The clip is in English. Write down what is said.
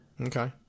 Okay